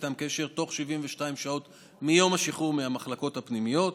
איתם קשר תוך 72 שעות מיום השחרור מהמחלקות הפנימיות.